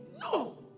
No